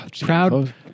proud